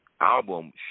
album